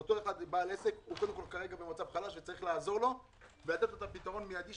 אותו בעל עסק הוא כרגע במצב חלש וצריך לעזור לו ולתת לו פתרון מידי,